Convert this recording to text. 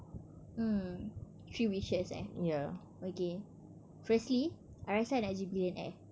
mm three wishes eh okay firstly I rasa I nak jadi billionaire